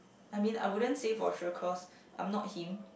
I mean I wouldn't say for sure cause I'm not him